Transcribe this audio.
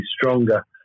stronger